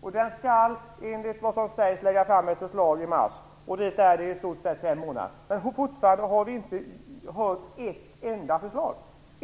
Kommissionen skall, enligt vad som sägs, lägga fram ett förslag i mars, och dit är det i stort sett fem månader. Men fortfarande har vi inte hört ett enda förslag.